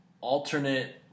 alternate